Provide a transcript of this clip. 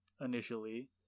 initially